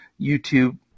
YouTube